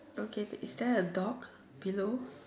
okay is there a dog below